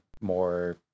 more